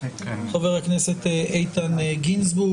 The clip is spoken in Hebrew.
חבר הכנסת איתן גינזבורג.